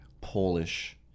Polish